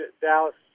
Dallas